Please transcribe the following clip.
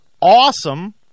awesome